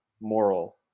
moral